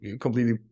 completely